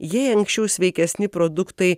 jei anksčiau sveikesni produktai